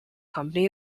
company